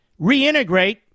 reintegrate